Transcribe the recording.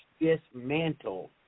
Dismantle